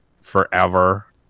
forever